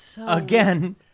Again